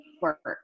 work